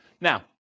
Now